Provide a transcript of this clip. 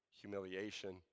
humiliation